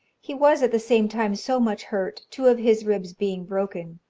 he was at the same time so much hurt, two of his ribs being broken,